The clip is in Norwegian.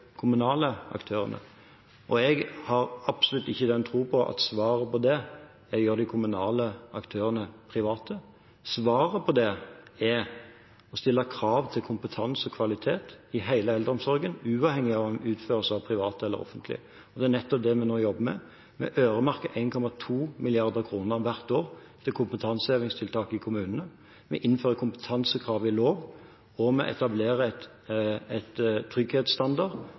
kommunale aktørene. Jeg har absolutt ikke tro på at svaret på det er å gjøre de kommunale aktørene private. Svaret på det er å stille krav til kompetanse og kvalitet i hele eldreomsorgen, uavhengig av om den utføres av private eller offentlige. Og det er nettopp det vi må jobbe med. Vi øremerker 1,2 mrd. kr hvert år til kompetansehevingstiltak i kommunene. Vi innfører kompetansekrav i loven, og vi etablerer en trygghetsstandard for sykehjem, nettopp for å